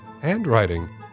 handwriting